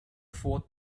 fourth